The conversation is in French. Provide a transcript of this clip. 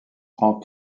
prend